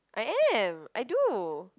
I am I do